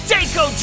Danko